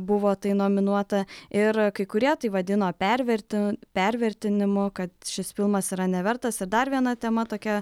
buvo tai nominuota ir kai kurie tai vadino perverti pervertinimu kad šis filmas yra nevertas ir dar viena tema tokia